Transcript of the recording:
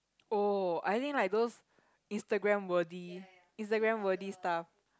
oh I think like those instagram worthy instagram worthy stuff